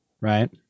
right